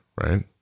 right